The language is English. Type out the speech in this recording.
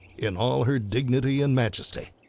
in all her dignity and majesty.